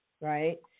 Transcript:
right